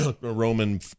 roman